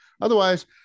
otherwise